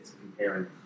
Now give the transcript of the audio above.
comparing